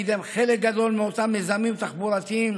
קידם חלק גדול מאותם מיזמים תחבורתיים